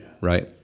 right